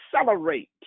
accelerate